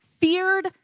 feared